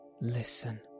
listen